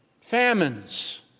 famines